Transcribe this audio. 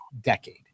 decade